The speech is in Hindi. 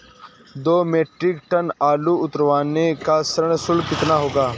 दो मीट्रिक टन आलू उतारने का श्रम शुल्क कितना होगा?